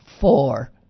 four